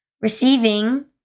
receiving